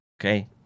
okay